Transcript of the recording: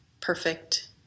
perfect